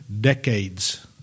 decades